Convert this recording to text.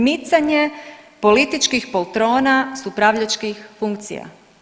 Micanje političkih poltrona s upravljačkih funkcija.